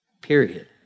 period